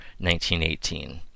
1918